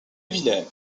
vilaine